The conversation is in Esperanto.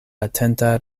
atenta